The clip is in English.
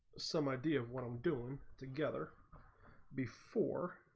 some idea of when um doing together before